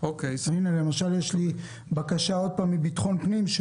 יש לי בקשה מביטחון פנים.